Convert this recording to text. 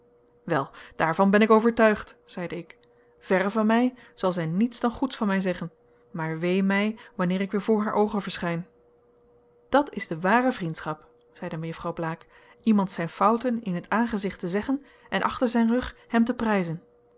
wel daarvan ben ik overtuigd zeide ik verre van mij zal zij niets dan goeds van mij zeggen maar wee mij wanneer ik weer voor haar oogen verschijn dat is de ware vriendschap zeide mejuffrouw blaek iemand zijn fouten in t aangezicht te zeggen en achter zijn rug hem te prijzen